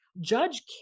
Judge